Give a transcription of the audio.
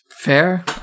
fair